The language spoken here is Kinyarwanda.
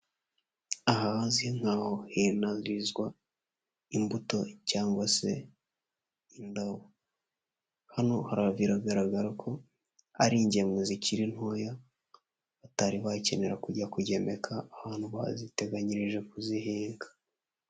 Aha hazi nk'aho hinarizwa imbuto cyangwa se indabo, hano biragaragara ko ari ingemwe zikiri ntoya, batari bakenera kujya kugemeka ahantu baziteganyirije kuzihinga.